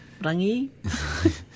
Rangi